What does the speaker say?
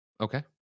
okay